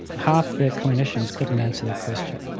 half the clinicians couldn't answer that question.